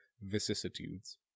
vicissitudes